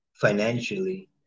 financially